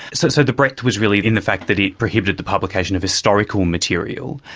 so so the breadth was really in the fact that it prohibited the publication of historical material.